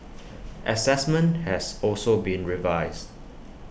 Assessment has also been revised